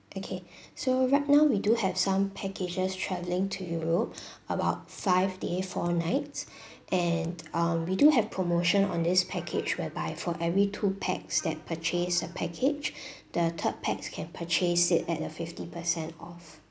okay so right now we do have some packages travelling to europe about five day four nights and um we do have promotion on this package whereby for every two pax that purchase a package the third pax can purchase it at a fifty percent off